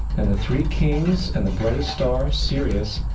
and the three kings and the brightest star, sirius,